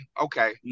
okay